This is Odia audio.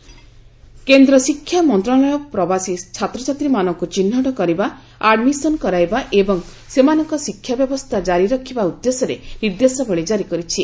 ମାଇଗ୍ରାଣ୍ଟ୍ ଚିଲ୍ଡ୍ରେନ୍ କେନ୍ଦ୍ର ଶିକ୍ଷାମନ୍ତ୍ରଣାଳୟ ପ୍ରବାସୀ ଛାତ୍ରଛାତ୍ରୀମାନଙ୍କୁ ଚିହ୍ନଟ କରିବା ଆଡ୍ମିଶନ କରାଇବା ଏବଂ ସେମାନଙ୍କ ଶିକ୍ଷା ବ୍ୟବସ୍ଥା କାରି ରଖିବା ଉଦ୍ଦେଶ୍ୟରେ ନିର୍ଦ୍ଦେଶାବଳୀ କାରି କରିଛି